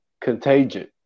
Contagion